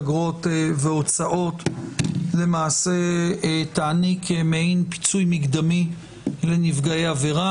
אגרות והוצאות תעניק מעין פיצוי מקדמי לנפגעי עבירה.